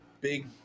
big